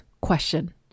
question